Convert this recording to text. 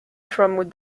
from